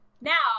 Now